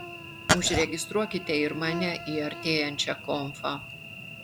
užregistruokite ir mane į artėjančią konfą